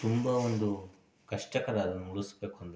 ತುಂಬ ಒಂದು ಕಷ್ಟಕರ ಅದನ್ನ ಉಳಿಸ್ಬೇಕು ಅಂದರೆ